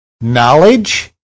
Knowledge